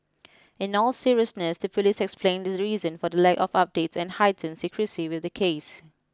in all seriousness the police explained the reason for the lack of updates and heightened secrecy with the case